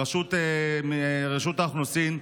ברשות האוכלוסין,